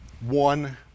one